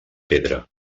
pedra